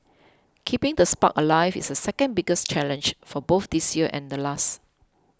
keeping the spark alive is the second biggest challenge for both this year and last